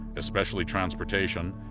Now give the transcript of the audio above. especially transportation,